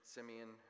Simeon